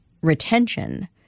retention